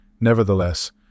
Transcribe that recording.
Nevertheless